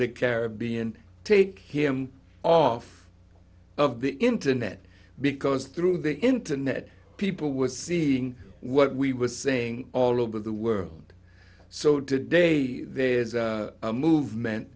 the caribbean take him off of the internet because through the internet people were seeing what we were saying all over the world so today there is a movement